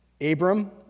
Abram